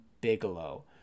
bigelow